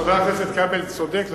חבר הכנסת כבל צודק,